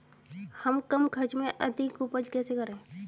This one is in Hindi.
हम कम खर्च में अधिक उपज कैसे करें?